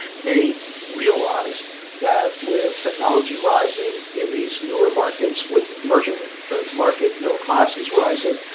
they realized that with technology rising in these newer markets with merging market middle classes rising,